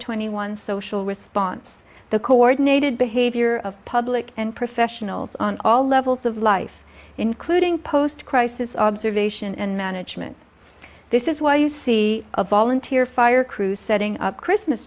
twenty one social response the coordinated behavior of public and professionals on all levels of life including post crisis observation and management this is why you see a volunteer fire crew setting up christmas